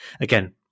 Again